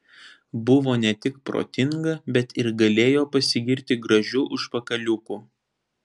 buvo ne tik protinga bet ir galėjo pasigirti gražiu užpakaliuku